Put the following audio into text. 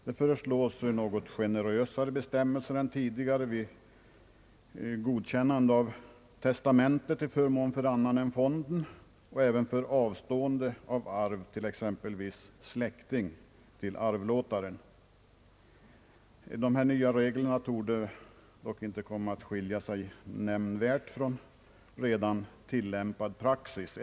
Det föreslås något generösare bestämmelser än tidigare beträffande godkännande av testamente till förmån för annan än fonden och även för avstående av arv t.ex. till släkting till arvlåtare. De nya reglerna torde inte komma att skilja sig nämnvärt från redan tillämpad praxis.